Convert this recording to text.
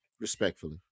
Respectfully